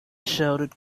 shouted